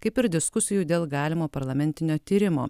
kaip ir diskusijų dėl galimo parlamentinio tyrimo